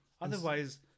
Otherwise –